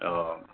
ആ